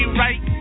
right